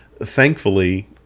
Thankfully